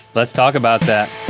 let's talk about that.